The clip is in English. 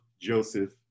Joseph